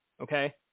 okay